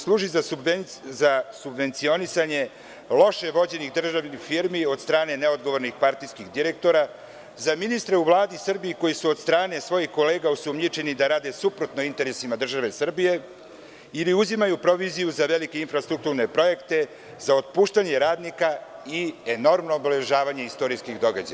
Služi za subvencionisanje loše vođenih državnih firmi od strane neodgovornih partijskih direktora, za ministre u Vladi Srbije koji su od strane svojih kolega osumnjičeni da rade suprotno interesima države Srbije ili uzimaju proviziju za velike infrastrukturne projekte, za otpuštanje radnika i enormno obeležavanje istorijskih događaja.